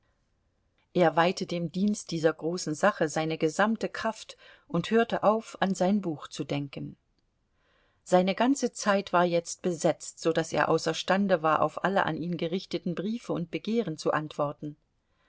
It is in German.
er weihte dem dienst dieser großen sache seine gesamte kraft und hörte auf an sein buch zu denken seine ganze zeit war jetzt besetzt so daß er außerstande war auf alle an ihn gerichteten briefe und begehren zu antworten